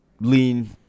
lean